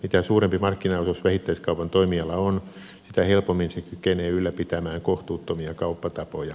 mitä suurempi markkinaosuus vähittäiskaupan toimijalla on sitä helpommin se kykenee ylläpitämään kohtuuttomia kauppatapoja